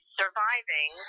surviving